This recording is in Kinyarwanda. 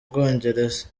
bwongereza